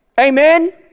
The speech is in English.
Amen